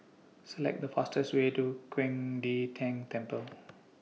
Select The fastest Way to Qing De Tang Temple